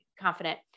confident